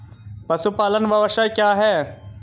पशुपालन व्यवसाय क्या है?